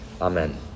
Amen